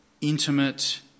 intimate